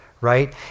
right